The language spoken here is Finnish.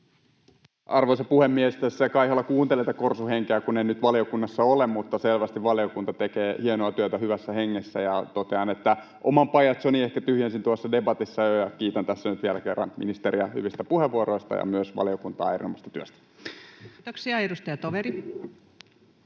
Arvoisa puhemies! Tässä kaiholla kuuntelen tätä korsuhenkeä, kun en nyt valiokunnassa ole. Mutta selvästi valiokunta tekee hienoa työtä hyvässä hengessä. Totean, että oman pajatsoni ehkä tyhjensin jo tuossa debatissa, ja kiitän tässä nyt vielä kerran ministeriä hyvistä puheenvuoroista ja myös valiokuntaa erinomaisesta työstä. Kiitoksia. — Edustaja Toveri.